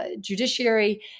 judiciary